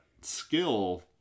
skill